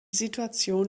situation